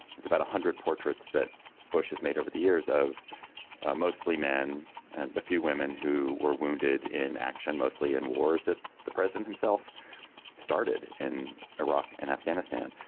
it's about one hundred portraits that bush has made over the years of mostly men and a few women who were wounded in action mostly in wars that the president himself started in iraq and afghanistan.